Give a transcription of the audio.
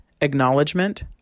acknowledgement